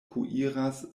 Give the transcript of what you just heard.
kuiras